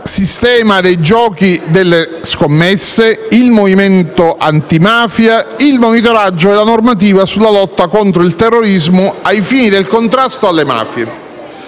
sistema dei giochi delle scommesse, il movimento antimafia, il monitoraggio della normativa sulla lotta contro il terrorismo ai fini del contrasto alle mafie.